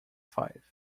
five